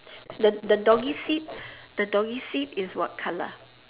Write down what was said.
the the doggy seat the doggy seat is what colour